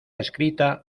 escrita